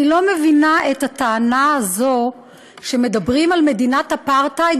אני לא מבינה את הטענה הזו כשמדברים על מדינת אפרטהייד